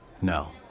No